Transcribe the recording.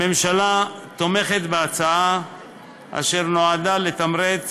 הממשלה תומכת בהצעה אשר נועדה לתמרץ